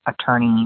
attorney